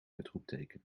uitroepteken